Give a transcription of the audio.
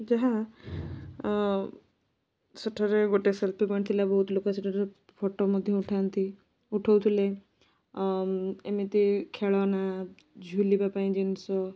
ଯାହା ସେଠାରେ ଗୋଟେ ସେଲ୍ଫି ପଏଣ୍ଟ ବହୁତ ଲାେକ ସେଠାରେ ଫୋଟୋ ମଧ୍ୟ ଉଠାନ୍ତି ଉଠଉଥିଲେ ଏମିତି ଖେଳନା ଝୁଲିବାପାଇଁ ଜିନିଷ